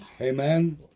Amen